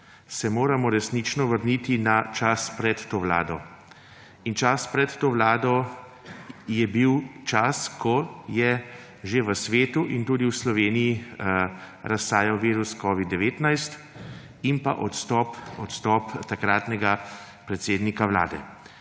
se moramo resnično vrniti na čas pred to vlado. Čas pred to vlado je bil čas, ko je v svetu in tudi že v Sloveniji razsajal virus covida-19 in ko je odstopil takratni predsednika vlade.